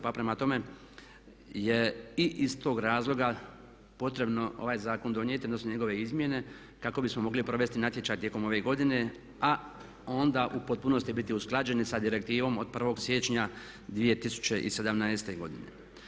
Pa prema tome je i iz tog razloga potrebno ovaj zakon donijeti odnosno njegove izmjene kako bismo mogli provesti natječaj tijekom ove godine, a onda u potpunosti biti usklađeni sa Direktivom od 1. siječnja 2017. godine.